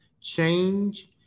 change